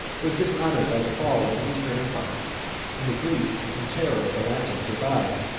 was dishonored by the fall of the eastern empire and the grief and terror of the latins revived,